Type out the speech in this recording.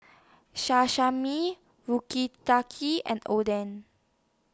and Oden